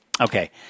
Okay